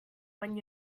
when